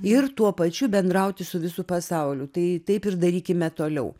ir tuo pačiu bendrauti su visu pasauliu tai taip ir darykime toliau